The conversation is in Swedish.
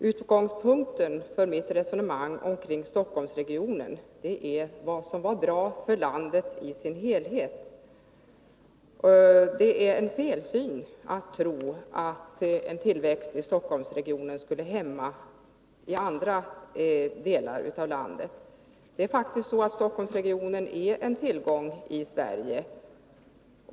Utgångspunkten för mitt resonemang beträffande Stockholmsregionen var vad som är bra för landet i dess helhet. Det är felaktigt att tro att en tillväxt i Stockholmsregionen skulle verka hämmande i andra delar av landet. Det är faktiskt så att Stockholmsregionen är en tillgång för Sverige.